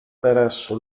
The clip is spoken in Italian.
presso